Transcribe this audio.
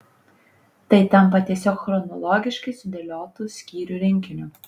tai tampa tiesiog chronologiškai sudėliotu skyrių rinkiniu